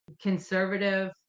conservative